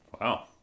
Wow